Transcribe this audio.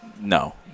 No